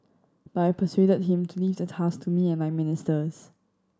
but I persuaded him to leave the task to me and my ministers